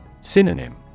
Synonym